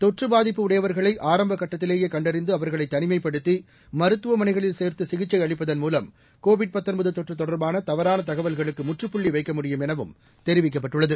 தொற்று பாதிப்பு உடையவர்களை ஆரம்பகட்டத்திலேயே கண்டறிந்து அவர்களை தனிமைப்படுத்தி மருத்துவமனைகளில் சேர்த்து சிகிச்சை அளிப்பதன் மூவம் கோவிட் தொற்று தொடர்பான தவறான தகவல்களுக்கு முற்றுப்புள்ளி வைக்க முடியும் எனவும் தெரிவிக்கப்பட்டுள்ளது